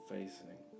Facing